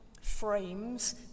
frames